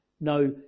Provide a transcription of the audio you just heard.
no